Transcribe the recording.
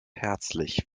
herzlich